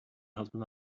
husband